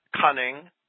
cunning